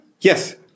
Yes